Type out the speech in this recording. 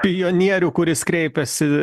pionierių kuris kreipėsi